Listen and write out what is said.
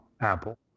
Apple